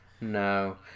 No